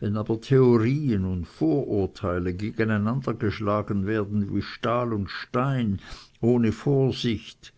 wenn aber theorien und vorurteile gegen einander geschlagen werden wie stahl und stein ohne vorsicht